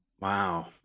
Wow